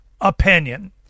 opinion